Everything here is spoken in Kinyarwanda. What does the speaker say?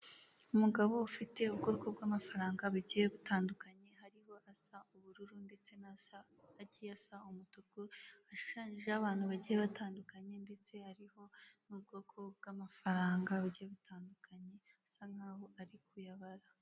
Umugabo ufite ubwoko bw'amafaranga bugiye butandukanye hariho asa ubururu ndetse n'agiye asa umutuku ashushayije abantu bagiye batandukanye, ndetse hariho n'ubwoko bw'amafaranga bugiye butandukanye asa nk'aho ari kuyabara.